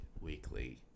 weekly